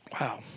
Wow